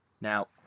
Now